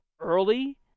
early